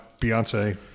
Beyonce